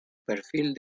perfil